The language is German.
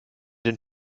den